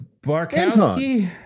Barkowski